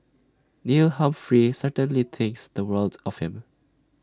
Neil Humphrey certainly thinks the world of him